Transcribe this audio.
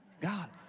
God